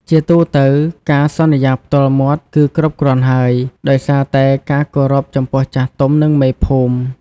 ជាទូទៅ ការសន្យាផ្ទាល់មាត់គឺគ្រប់គ្រាន់ហើយ ដោយសារតែការគោរពចំពោះចាស់ទុំ និងមេភូមិ។